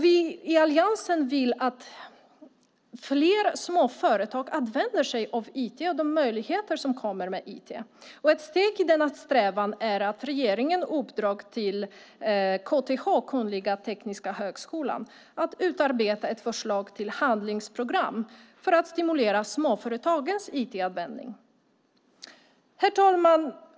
Vi i Alliansen vill att fler små företag använder sig av IT och de möjligheter som kommer med IT. Ett steg i denna strävan är att regeringen gav i uppdrag till KTH, Kungliga Tekniska högskolan, att utarbeta ett förslag till handlingsprogram för att stimulera småföretagens IT-användning. Herr talman!